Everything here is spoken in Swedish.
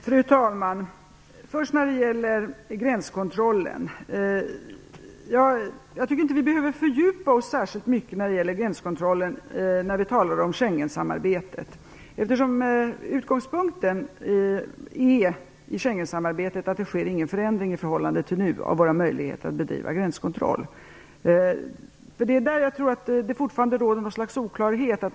Fru talman! Jag tycker inte att vi behöver fördjupa oss särskilt mycket när det gäller gränskontrollen när vi talar om Schengensamarbetet. Utgångspunkten är att det inte sker någon förändring i förhållande till nuläget av våra möjligheter att bedriva gränskontroll. Där råder det fortfarande något slags oklarhet.